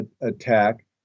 attack